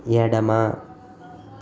ఎడమ